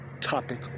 topic